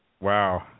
Wow